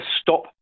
stop